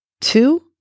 two